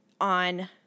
on